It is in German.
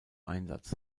einsatz